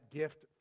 gift